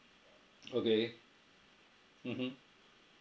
okay mmhmm